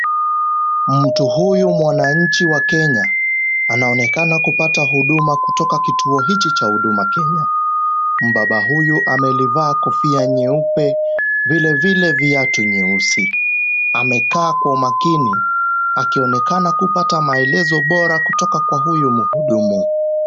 Mtu huyu mwananchi wa Kenya anaonekana kupata huduma kutoka kituo hiki cha Huduma Kenya. Mubaba huyu amelivaa kofia nyeupe vilevile viatu nyeusi. Amekaa kwa umakini akionekana kupata maelezo bora kutoka kwa huyu muhudumu.